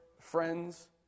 friends